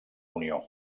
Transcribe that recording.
unió